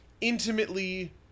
intimately